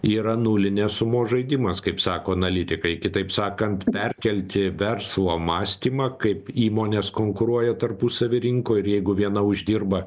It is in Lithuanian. yra nulinės sumos žaidimas kaip sako analitikai kitaip sakant perkelti verslo mąstymą kaip įmonės konkuruoja tarpusavy rinkoj ir jeigu viena uždirba